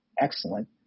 excellent